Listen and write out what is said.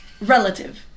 relative